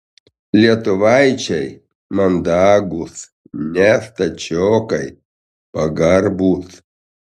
lietuvaičiai mandagūs ne stačiokai pagarbūs